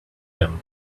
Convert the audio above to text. him